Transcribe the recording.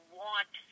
want